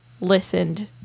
listened